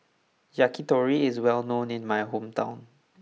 Yakitori is well known in my hometown